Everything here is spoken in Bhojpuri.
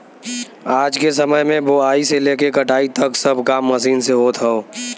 आज के समय में बोआई से लेके कटाई तक सब काम मशीन से होत हौ